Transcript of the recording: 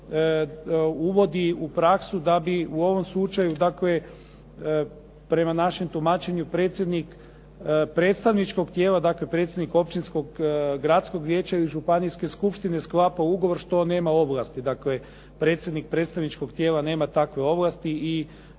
uvodi u praksu da bi u ovom slučaju dakle prema našem tumačenju predsjednik predstavničkog tijela, dakle predsjednik općinskog, gradskog vijeća ili županijske skupštine sklapao ugovor što nema ovlasti. Dakle, predsjednik predstavničkog tijela nema takve ovlasti